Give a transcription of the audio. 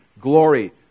Glory